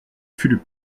fulup